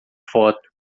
foto